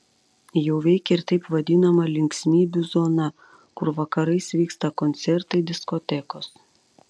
jau veikia ir taip vadinama linksmybių zona kur vakarais vyksta koncertai diskotekos